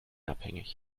abhängig